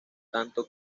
tanto